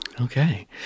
Okay